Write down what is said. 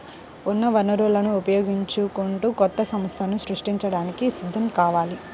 ఉన్న వనరులను ఉపయోగించుకుంటూ కొత్త సంస్థలను సృష్టించడానికి సిద్ధం కావాలి